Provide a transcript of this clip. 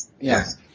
Yes